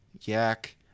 yak